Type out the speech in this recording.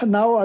Now